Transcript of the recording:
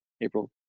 April